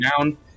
down